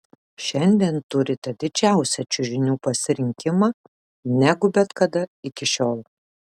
šiandien turite didžiausią čiužinių pasirinkimą negu bet kada iki šiol